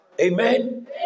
Amen